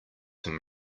him